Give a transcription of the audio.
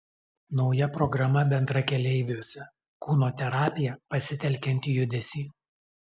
nauja programa bendrakeleiviuose kūno terapija pasitelkiant judesį